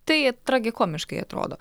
tai tragikomiškai atrodo